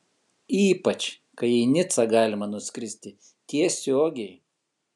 ypač kai į nicą galima nuskristi tiesiogiai